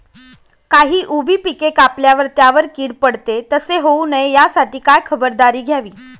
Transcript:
काही उभी पिके कापल्यावर त्यावर कीड पडते, तसे होऊ नये यासाठी काय खबरदारी घ्यावी?